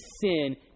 sin